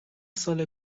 سال